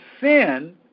sin